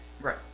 Right